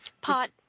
pot